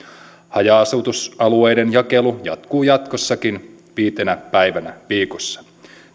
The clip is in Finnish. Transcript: haja asutusalueiden jakelu jatkuu jatkossakin viitenä päivänä viikossa